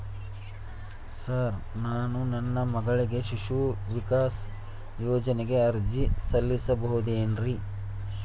Sir ನಾನು ನನ್ನ ಮಗಳಿಗೆ ಶಿಶು ವಿಕಾಸ್ ಯೋಜನೆಗೆ ಅರ್ಜಿ ಸಲ್ಲಿಸಬಹುದೇನ್ರಿ?